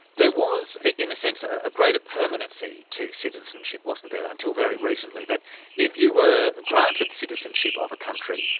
there was, in a sense, a a greater permanency to citizenship, wasn't there, until very recently, that if you were granted citizenship of a country,